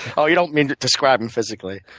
oh, you don't mean describe him physically?